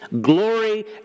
glory